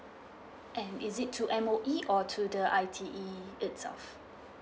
and is it to M_O_E or to the I_T_E itself